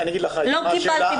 לא קיבלתם תוספת.